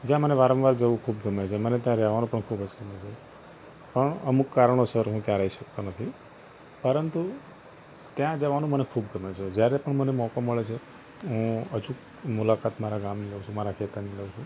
જ્યાં મને વારંવાર જવું ખૂબ ગમે છે મને ત્યાં રહેવાનું પણ ખૂબ જ ગમે છે પણ અમુક કારણોસર હું ત્યાં રહી શકતો નથી પરંતુ ત્યાં જવાનું મને ખૂબ ગમે છે જયારે પણ મને મોકો મળે છે હું અચૂક મુલાકાત મારા ગામની લઉં છું મારા ખેતરની લઉં છું